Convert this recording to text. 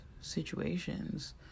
situations